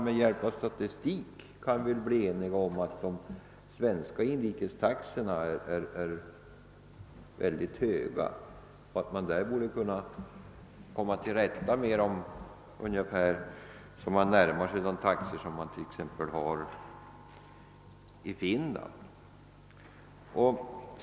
Med hjälp av statistik kan vi väl bli eniga om att de svenska inrikestaxorna är mycket höga; man borde kunna komma ned till ungefär de flygtaxor som tillämpas i Finland.